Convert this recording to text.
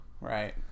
Right